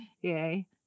yay